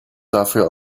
dafür